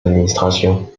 administrations